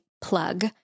plug